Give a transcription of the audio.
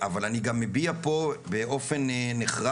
אני רוצה שאנחנו נשים לב להמלצות של איגוד רופאי הציבור בהקשר